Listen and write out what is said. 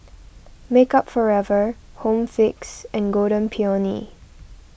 Makeup Forever Home Fix and Golden Peony